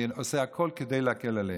אני עושה הכול כדי להקל עליהם.